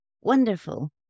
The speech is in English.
Wonderful